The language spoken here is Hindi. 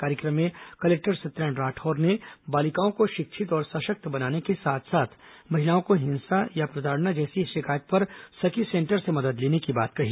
कार्यक्रम में कलेक्टर सत्यनारायण राठौर ने बालिकाओं को शिक्षित और सशक्त बनने के साथ साथ महिलाओं को हिंसा या प्रताडना जैसी शिकायत पर सखी सेंटर से मदद लेने की बात कही